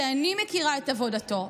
שאיני מכירה את עבודתו,